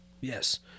Yes